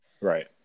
right